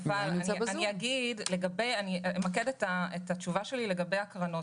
אבל אמקד את התשובה שלי לגבי הקרנות.